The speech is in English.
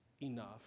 enough